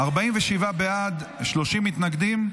47 בעד, 30 מתנגדים.